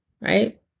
right